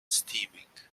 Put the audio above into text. steaming